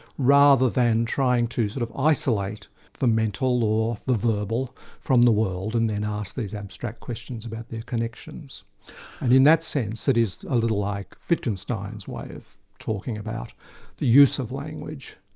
rather than trying to sort of isolate the mental or the verbal from the world and then ask these abstract questions about their connections. and in that sense, it is a little like wittgenstein's way of talking about the use of language,